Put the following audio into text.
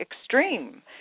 extreme